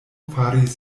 faris